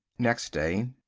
next day.